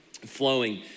flowing